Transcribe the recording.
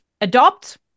Adopt